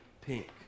pink